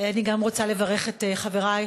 גם אני רוצה לברך את חברי,